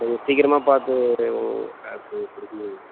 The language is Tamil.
கொஞ்சம் சீக்கிரமாக பார்த்து கொடுங்க சார் கொடுக்க முடியுமா